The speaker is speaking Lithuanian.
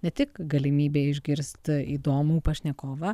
ne tik galimybė išgirst įdomų pašnekovą